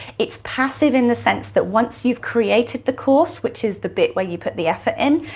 it's passive in the sense that once you've created the course, which is the bit where you put the effort in,